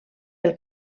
pel